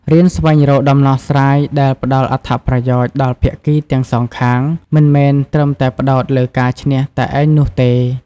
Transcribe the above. រៀនស្វែងរកដំណោះស្រាយដែលផ្តល់ផលប្រយោជន៍ដល់ភាគីទាំងសងខាង មិនមែនត្រឹមតែផ្តោតលើការឈ្នះតែឯងនោះទេ។